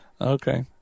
okay